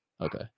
Okay